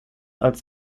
als